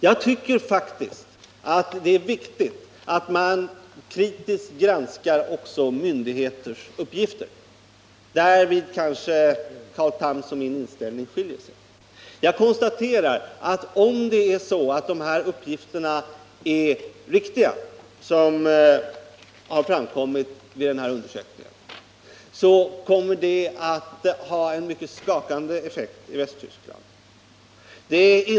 Jag tycker faktiskt att det är viktigt att man kritiskt granskar också myndigheters uppgifter. Där kanske Carl Thams och min inställning skiljer sig. Jag konstaterar att om det är så att de uppgifter som har framkommit vid den här undersökningen är riktiga kommer det att ha en mycket skakande effekt i Västtyskland.